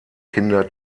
kinder